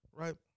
right